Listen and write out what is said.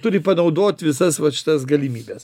turi panaudot visas vat šitas galimybes